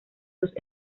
sus